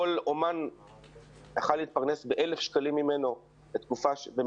כל אומן יכול היה להתפרנס ממנו ב-1,000